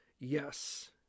Yes